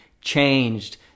changed